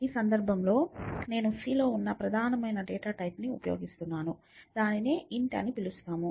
ఈ సందర్భంలో నేను C లో ఉన్న ప్రధానమైన డేటా టైపు ని ఉపయోగిస్తున్నాను దీనిని int అని పిలుస్తారు